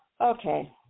Okay